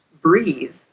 breathe